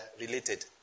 related